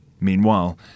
Meanwhile